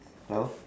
hello